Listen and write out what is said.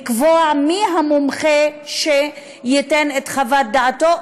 לקבוע מי המומחה שייתן את חוות דעתו,